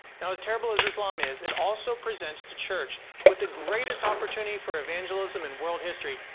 now as terrible as islam is, it also presents the church with the greatest opportunity for evangelism in world history,